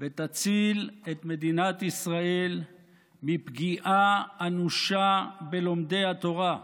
תציל את מדינת ישראל מפגיעה אנושה בלומדי התורה.